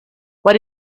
what